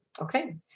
Okay